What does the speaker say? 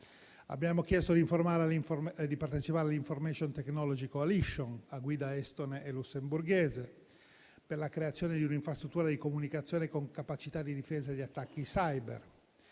Abbiamo chiesto di partecipare all'*information technology coalition,* a guida estone e lussemburghese, per la creazione di un'infrastruttura di comunicazione con capacità di difesa dagli attacchi *cyber*,